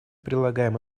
прилагаем